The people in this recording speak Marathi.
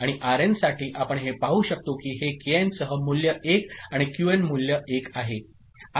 आणि आरएन साठी आपण हे पाहु शकतो की हे केएन सह मूल्य 1 आणि क्यूएन मूल्य 1 आहे